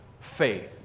faith